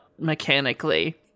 mechanically